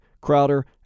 Crowder